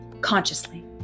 consciously